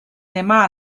demà